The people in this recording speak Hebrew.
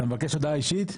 מבקש הודעה אישית?